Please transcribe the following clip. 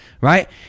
Right